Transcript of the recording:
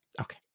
Okay